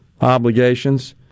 obligations